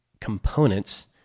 components